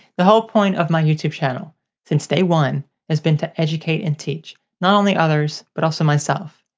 the whole point of my youtube channel since day one has been to educate and teach, not only others, but also myself.